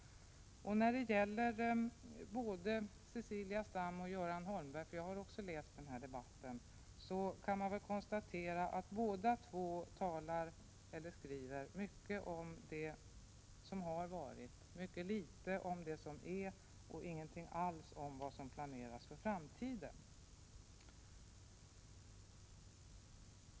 Både Cecilia Stam och Göran Holmberg — jag har också följt debatten — skriver mycket om det som har varit, mycket litet om det som är och ingenting alls om vad som planeras för framtiden.